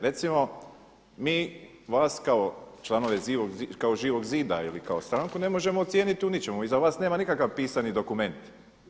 Recimo mi vas kao članove Živog zida ili kako stranku ne možemo ocijeniti u ničemu, iza vas nema nikakav pisani dokument.